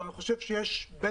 אבל שיש מקום,